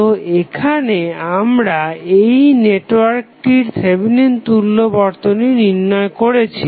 তো এখানে আমরা এই নেটওয়ার্কটির থেভেনিন তুল্য বর্তনী তৈরি করেছি